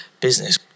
business